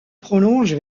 prolonge